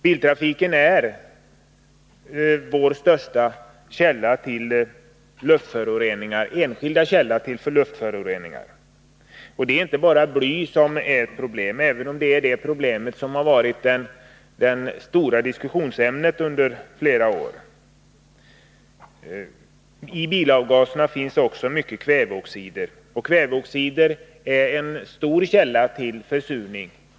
Biltrafiken är den största enskilda källan till luftföroreningar. De består inte bara av bly, även om blyproblemet varit det stora diskussionsämnet under flera år. I bilavgaserna finns också många kväveoxider, och de är en betydande källa till försurning.